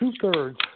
two-thirds